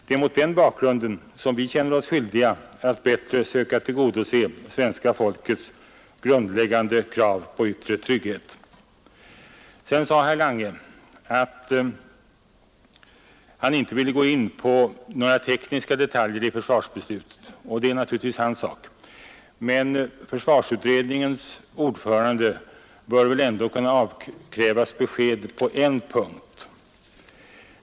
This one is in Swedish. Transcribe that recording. Det är mot den bakgrunden som vi känner oss skyldiga att bättre söka tillgodose svenska folkets krav på yttre trygghet. Herr Lange sade också att han inte ville gå in på några tekniska detaljer i försvarsbeslutet och det är naturligtvis hans sak. Men försvarsutredningens ordförande bör väl ändå kunna avkrävas besked på en punkt.